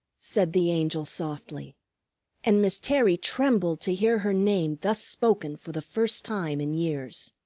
said the angel softly and miss terry trembled to hear her name thus spoken for the first time in years.